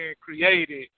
created